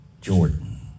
Jordan